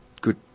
good